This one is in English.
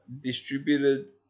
distributed